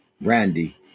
randy